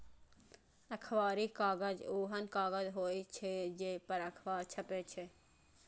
अखबारी कागज ओहन कागज होइ छै, जइ पर अखबार छपै छै